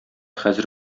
хәзер